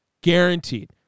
guaranteed